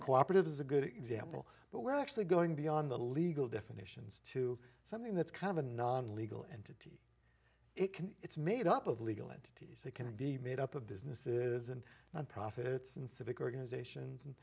cooperatives is a good example but we're actually going beyond the legal definitions to something that's kind of a non legal entity it can it's made up of legal entities it can be made up of business isn't non profits and civic organizations and